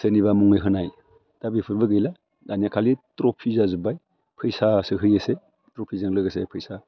सोरनिबा मुङै होनाय दा बेफोरबो गैला दानिया खालि ट्रफि जाजोब्बाय फैसासो होयोसै ट्रफिजों लोगोसे फैसा